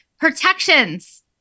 protections